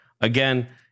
Again